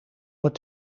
het